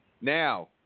Now